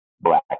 black